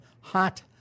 hot